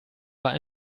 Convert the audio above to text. war